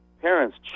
Parents